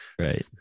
Right